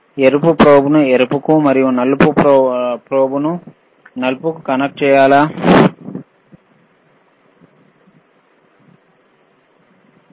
ఎరుపు ప్రోబ్ను ఎరుపుకు మరియు నలుపును నలుపుకు కలిపినప్పుడు రీడింగ్ ఏమి వస్తుంది